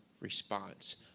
response